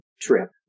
trip